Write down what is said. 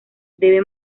debe